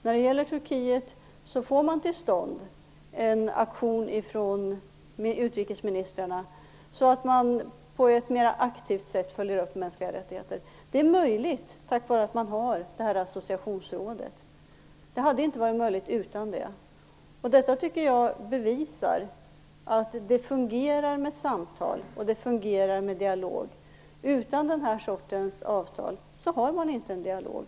När det gäller Turkiet får man till stånd en aktion med utrikesministrarna så att man på ett mer aktivt sätt följer upp frågan om mänskliga rättigheter. Det är möjligt tack vare att man har associationsrådet. Det hade inte varit möjligt utan det. Detta tycker jag bevisar att det fungerar med samtal, och det fungerar med dialog. Utan den här sortens avtal har man ingen dialog.